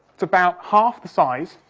it's about half the size.